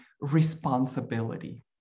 responsibility